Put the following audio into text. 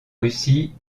russie